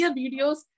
videos